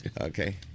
Okay